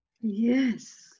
Yes